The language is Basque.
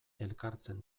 elkartzen